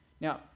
Now